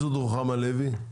מי זאת רוחמה לוי?